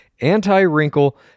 anti-wrinkle